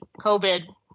COVID